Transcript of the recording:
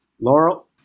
Laurel